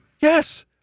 Yes